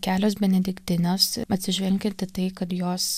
o kelios benediktinės atsižvelgiant į tai kad jos